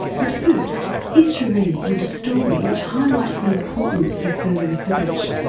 but first here's sheree with a story which highlights the importance of further research.